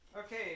Okay